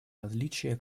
различия